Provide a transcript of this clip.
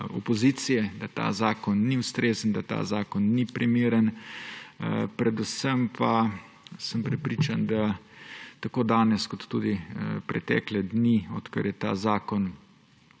opozicije, da ta zakon ni ustrezen, da ta zakon ni primeren, predvsem pa sem prepričan, da tako danes kot tudi pretekle dni, odkar je ta zakon